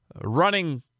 running